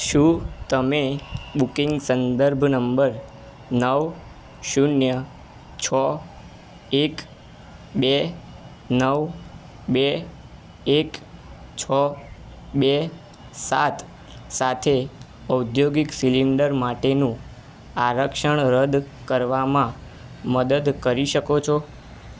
શું તમે બુકિંગ સંદર્ભ નંબર નવ શૂન્ય છ એક બે નવ બે એક છ બે સાત સાથે ઔદ્યોગિક સિલિન્ડર માટેનું આરક્ષણ રદ કરવામાં મદદ કરી શકો છો